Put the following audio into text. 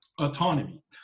autonomy